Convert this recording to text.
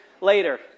later